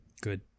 Good